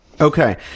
Okay